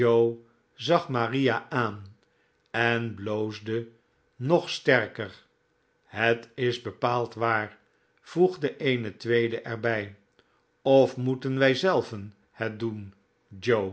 zag maria aan en bloosde nog sterker het is bepaald waar voegde eene tweede er bij of moeten wij zelven net doen joe